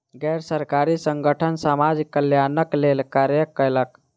गैर सरकारी संगठन समाज कल्याणक लेल कार्य कयलक